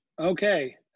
Okay